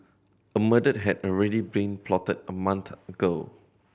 a murder had already been plotted a month ago